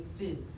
16